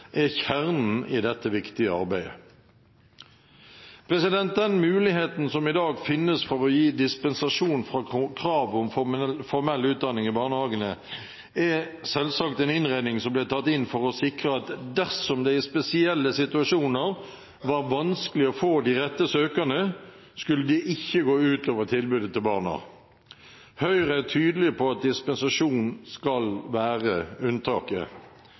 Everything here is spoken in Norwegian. er kjernen i dette viktige arbeidet. Den muligheten som i dag finnes for å gi dispensasjon fra kravet om formell utdanning i barnehagene, er selvsagt en innretning som ble tatt inn for å sikre at dersom det i spesielle situasjoner var vanskelig å få de rette søkerne, skulle det ikke gå ut over tilbudet til barna. Høyre er tydelige på at dispensasjon skal være unntaket.